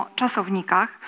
czasownikach